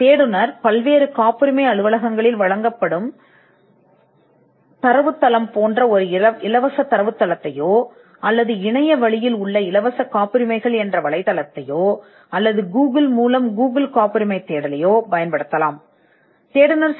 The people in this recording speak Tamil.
ஏனென்றால் பல்வேறு காப்புரிமை அலுவலகங்கள் அல்லது இலவச காப்புரிமைகள் ஆன்லைனில் அல்லது கூகிள் வழங்கிய தரவுத்தளத்தைப் போன்ற ஒரு இலவச தரவுத்தளத்தை ஒரு தேடுபவர் பயன்படுத்தலாம் googles காப்புரிமை தேடல்